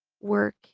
work